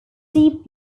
deep